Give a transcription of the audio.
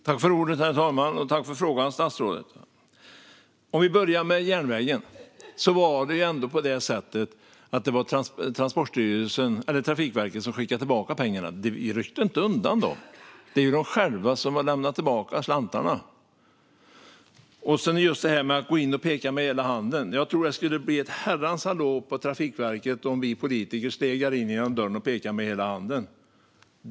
Herr talman! Tack för frågan, ledamoten! Om vi börjar med järnvägen var det Trafikverket som skickade tillbaka pengarna. Vi ryckte inte undan dem. Det är de själva som har lämnat tillbaka slantarna. När det gäller att peka med hela handen tror jag att det skulle bli ett herrans hallå på Trafikverket om vi politiker stegade in genom dörren och pekade med hela handen.